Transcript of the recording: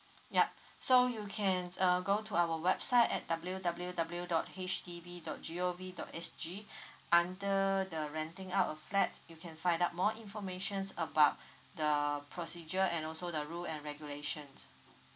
yup so you can uh go to our website at W W W dot H D B dot G O V dot S G under the renting out a flat you can find out more informations about the procedure and also the rule and regulations